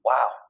Wow